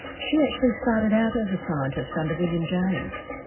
she actually started out as a scientist under william james.